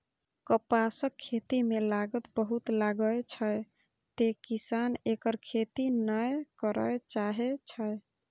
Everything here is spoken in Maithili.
कपासक खेती मे लागत बहुत लागै छै, तें किसान एकर खेती नै करय चाहै छै